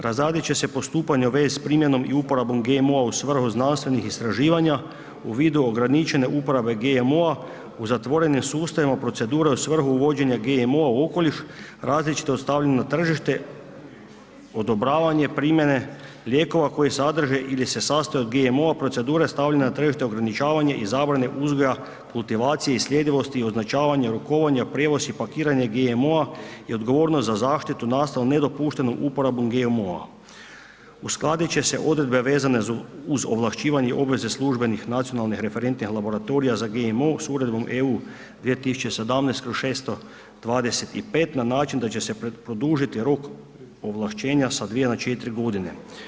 Razraditi će se postupanje u vezi s primjenom i uporabom GMO-a u svrhu znanstvenih istraživanja u vidu ograničene uporabe GMO-a u zatvorenim sustavima procedure u svrhu uvođenja GMO-a u okoliš različito stavljanje na tržište odobravanje primjene lijekova koji sadrže ili se sastoje od GMO-a, procedure stavljanja na tržište, ograničavanje i zabrane uzgoja kultivacije i slijedivosti, označavanja, rukovanja, prijevoz i pakiranje GMO-a i odgovornost za zaštitu nastalu nedopuštenom uporabom GMO-a. uskladit će se odredbe vezane uz ovlašćivanje obveze službenih nacionalnih referentnih laboratorija za GMO-a s Uredbom EU 2017/625 na način da će se produžiti rok ovlaštenja s dvije na četiri godine.